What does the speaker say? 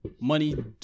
Money